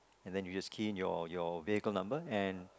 and then you just key in your your vehicle number and